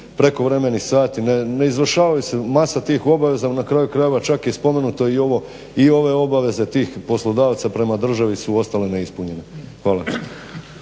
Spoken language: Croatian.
prekovremeni sati, ne izvršavaju se masa tih obaveza. Na kraju krajeva čak je i spomenuto i ove obaveze tih poslodavca prema državi su ostale neispunjene. Hvala.